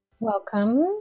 Welcome